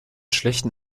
schlechten